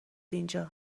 اینجا